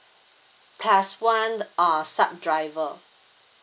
plus one err sub driver